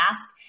ask